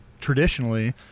traditionally